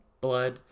blood